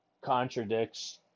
contradicts